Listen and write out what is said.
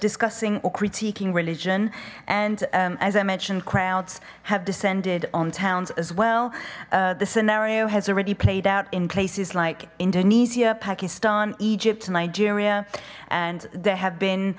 discussing or critiquing religion and as i mentioned crowds have descended on towns as well the scenario has already played out in places like indonesia pakistan egypt nigeria and there have been